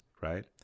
right